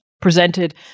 presented